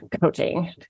coaching